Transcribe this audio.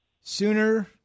sooner